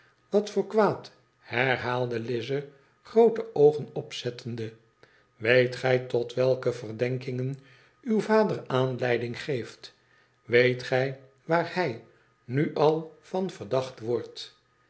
wat voor kwaad herhaalde lize groote oogen opzettende weet gij tot welke verdenkingen uw vader aanleiding geeft weet gi waar hij nu al van verdacht wordt